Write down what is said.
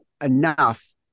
enough